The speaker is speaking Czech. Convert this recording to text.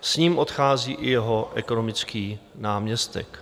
S ním odchází i jeho ekonomický náměstek.